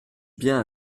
bien